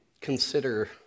consider